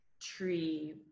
tree